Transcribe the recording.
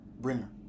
bringer